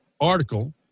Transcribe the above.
article